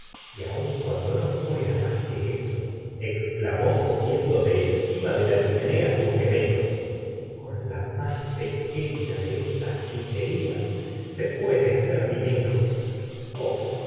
y aún cuando no fuera más que eso exclamó cogiendo de encima de la chimenea sus gemelos con la más pequeña de estas chuch rías se puede hacer dinero